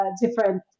different